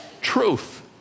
truth